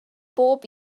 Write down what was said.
bob